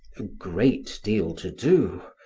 a great deal to do.